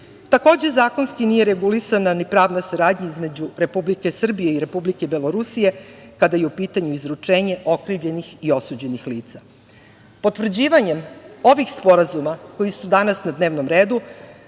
Takođe, zakonski nije regulisana ni pravna saradnja između Republike Srbije i Republike Belorusije, kada je u pitanju izručenje okrivljenih i osuđenih lica. Potvrđivanjem ovih sporazuma koji su danas na dnevnom redu